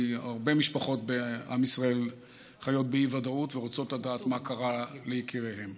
כי הרבה משפחות בעם ישראל חיות באי-ודאות ורוצות לדעת מה קרה ליקיריהן.